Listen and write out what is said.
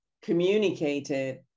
communicated